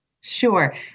Sure